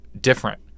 different